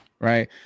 right